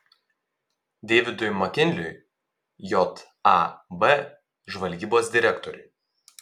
deividui makinliui jav žvalgybos direktoriui